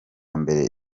mbere